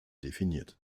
definiert